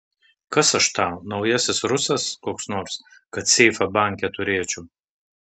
kas aš tau naujasis rusas koks nors kad seifą banke turėčiau